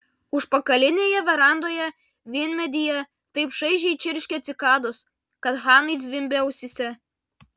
užpakalinėje verandoje vynmedyje taip šaižiai čirškė cikados kad hanai zvimbė ausyse